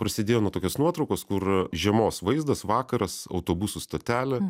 prasidėjo nuo tokios nuotraukos kur žiemos vaizdas vakaras autobusų stotelė